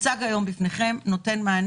מוצגים היום בפניכם הוא אופן שנותן מענה.